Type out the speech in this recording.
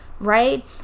right